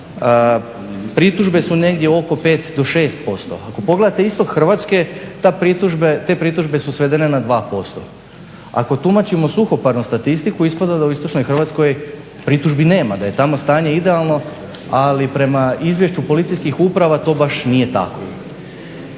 pritužbe su negdje oko 5 do 6%. Ako pogledate istok Hrvatske te pritužbe su svedene na 2%. Ako tumačimo suhoparno statistiku ispada da u istočnoj Hrvatskoj pritužbi nema, da je tamo stanje idealno, ali prema izvješću policijskih uprava to baš nije tako.